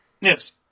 Yes